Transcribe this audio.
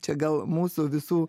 čia gal mūsų visų